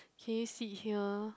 can you sit here